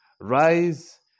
Rise